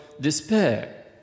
despair